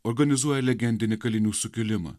organizuoja legendinį kalinių sukilimą